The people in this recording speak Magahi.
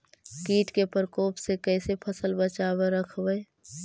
कीट के परकोप से कैसे फसल बचाब रखबय?